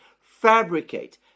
fabricate